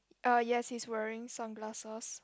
uh yes he's wearing sunglasses